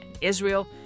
Israel